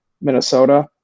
Minnesota